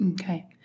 Okay